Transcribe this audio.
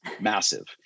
massive